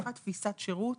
פיתחה תפיסת שירות